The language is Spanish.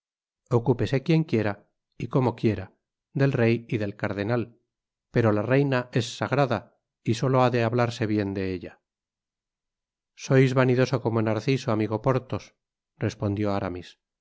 ocúpese quien quiera y como quiera del rey y del cardenal pero la reina es sagrada y solo ha de hablarse bien de ella sois vanidoso como narciso amigo porthos respondió aramis